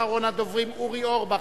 אחרון הדוברים יהיה אורי אורבך.